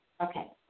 Okay